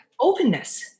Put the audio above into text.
openness